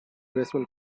baseball